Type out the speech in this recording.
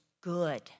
good